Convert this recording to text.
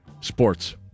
Sports